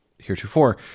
heretofore